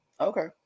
Okay